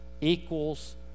equals